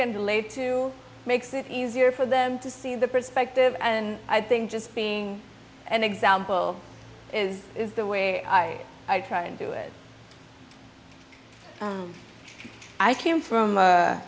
can relate to makes it easier for them to see the perspective and i think just being an example is the way i try and do it i came from a